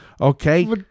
Okay